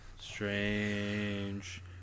Strange